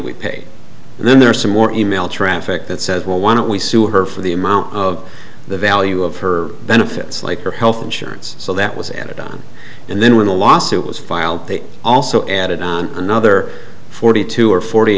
we paid and then there are some more e mail traffic that says well why don't we sue her for the amount of the value of her benefits like her health insurance so that was entered on and then when the lawsuit was filed they also added another forty two or forty